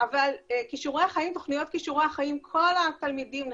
אבל לתוכניות כישורי חיים כל התלמידים נחשפים,